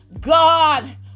God